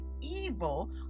evil